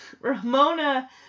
Ramona